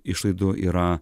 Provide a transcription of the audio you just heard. išlaidų yra